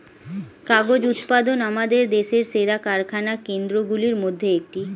কাগজ উৎপাদন আমাদের দেশের সেরা কারখানা কেন্দ্রগুলির মধ্যে একটি